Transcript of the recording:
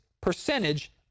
percentage